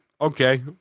okay